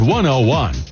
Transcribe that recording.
101